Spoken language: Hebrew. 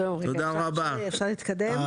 אפשר להתקדם?